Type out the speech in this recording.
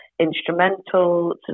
instrumental